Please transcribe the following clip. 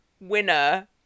winner